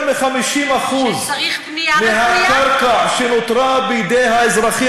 יותר מ-50% מהקרקע שנותרה בידי האזרחים